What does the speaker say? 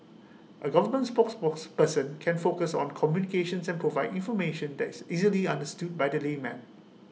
A government spokesperson can focus on communications and provide information that is easily understood by the layman